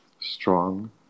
strong